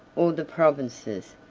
or the provinces,